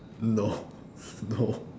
no no